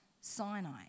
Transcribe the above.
Sinai